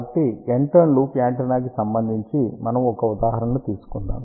కాబట్టి N turn loop antenna కి సంబంధించి మనము ఒక ఉదాహరణను తీసుకుందాం